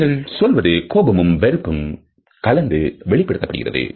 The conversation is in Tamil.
நீங்கள் சொல்வது கோபமும் வெறுப்பும் கலந்து வெளிப்படுத்தப்படுகிறது